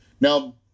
Now